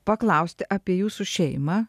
paklausti apie jūsų šeimą